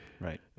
right